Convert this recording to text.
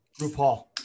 RuPaul